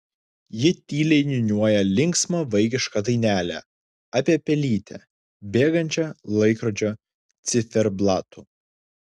ji tyliai niūniuoja linksmą vaikišką dainelę apie pelytę bėgančią laikrodžio ciferblatu